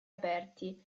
aperti